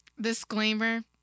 disclaimer